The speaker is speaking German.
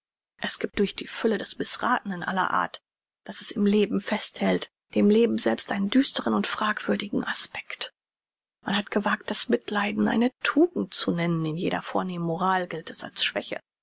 es giebt durch die fülle des mißrathnen aller art das es im leben festhält dem leben selbst einen düsteren und fragwürdigen aspekt man hat gewagt das mitleiden eine tugend zu nennen in jeder vornehmen moral gilt es als